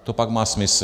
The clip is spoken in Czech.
To pak má smysl.